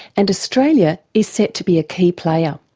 and australia is set to be a key player.